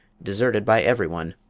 deserted by every one,